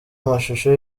amashusho